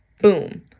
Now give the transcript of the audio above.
boom